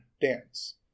dance